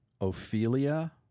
Ophelia